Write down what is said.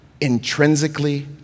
intrinsically